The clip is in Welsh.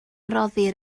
rhoddir